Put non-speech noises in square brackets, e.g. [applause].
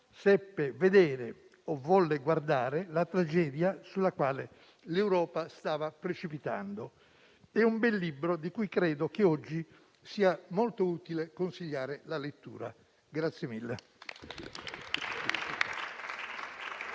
seppe vedere o volle guardare la tragedia verso la quale l'Europa stava precipitando. È un bel libro, di cui credo che oggi sia molto utile consigliare la lettura. [applause]